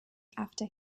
after